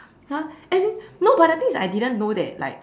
!huh! as in no but the thing is I didn't know that like